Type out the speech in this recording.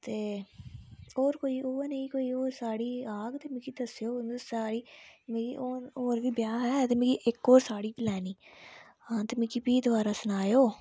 ते होर कोई उ'ऐ नेही कोई होर साड़ी आग़ ते मिगी दस्सेओ साड़ी मिगी होर होर बी ब्याह् ऐ ते मिगी इक होर साड़ी लैनी हां ते मी फ्ही दबारा सनाएयो